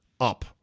up